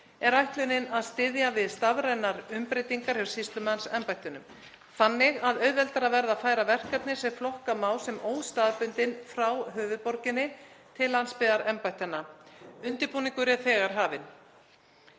er ætlunin að styðja við stafrænar umbreytingar hjá sýslumannsembættunum þannig að auðveldara verði að færa verkefni sem flokka má sem óstaðbundin frá höfuðborginni til landsbyggðarembættanna. Undirbúningur er þegar hafinn.